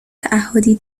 تعهدی